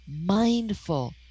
mindful